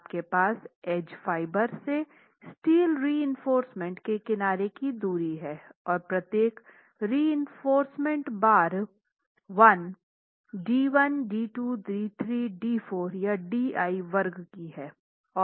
आपके पास edge fibre से स्टील रीइंफोर्स्मेंट के किनारे की दूरी है और प्रत्येक reinforcement bar 1 d 1 d 2 d 3 d 4 या d i वर्ग की है